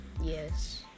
Yes